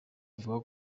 avuga